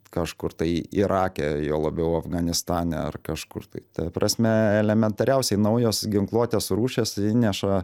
kažkur tai irake juo labiau afganistane ar kažkur tai ta prasme elementariausiai naujos ginkluotės rūšys įneša